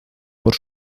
por